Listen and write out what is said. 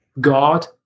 God